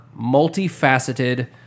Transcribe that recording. multifaceted